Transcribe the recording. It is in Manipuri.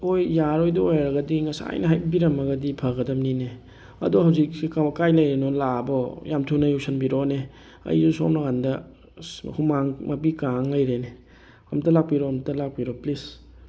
ꯍꯣꯏ ꯌꯥꯔꯔꯣꯏꯗꯧ ꯑꯣꯏꯔꯒꯗꯤ ꯉꯁꯥꯏꯅ ꯍꯥꯏꯕꯤꯔꯝꯃꯒꯗꯤ ꯐꯒꯗꯝꯅꯤꯅꯦ ꯑꯗꯣ ꯍꯧꯖꯤꯛꯁꯤ ꯀꯥꯏ ꯂꯩꯔꯤꯅꯣ ꯂꯥꯛꯑꯕꯣ ꯌꯥꯝ ꯊꯨꯅ ꯌꯧꯁꯟꯕꯤꯔꯣꯅꯦ ꯑꯩꯁꯨ ꯁꯣꯝ ꯅꯥꯀꯟꯗ ꯑꯁ ꯍꯨꯃꯥꯡ ꯑꯅꯞꯄꯤ ꯀꯥꯡ ꯂꯩꯔꯦꯅꯦ ꯑꯝꯇ ꯂꯥꯛꯄꯤꯔꯣ ꯑꯝꯇ ꯂꯥꯛꯄꯤꯔꯣ ꯄ꯭ꯂꯤꯖ